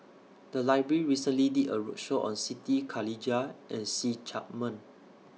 The Library recently did A roadshow on Siti Khalijah and See Chak Mun